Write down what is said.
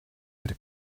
würde